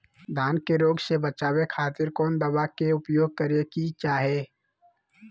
धान के रोग से बचावे खातिर कौन दवा के उपयोग करें कि चाहे?